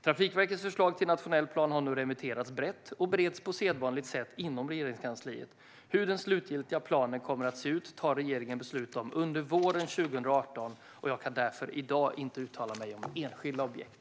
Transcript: Trafikverkets förslag till nationell plan har nu remitterats brett och bereds på sedvanligt sätt inom Regeringskansliet. Hur den slutliga planen kommer att se ut tar regeringen beslut om under våren 2018, och jag kan därför i dag inte uttala mig om enskilda objekt.